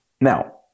now